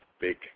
big